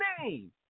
name